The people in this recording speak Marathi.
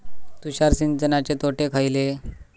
तुषार सिंचनाचे तोटे खयले?